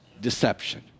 Deception